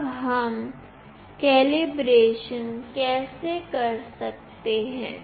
अब हम कैलिब्रेशन कैसे करते हैं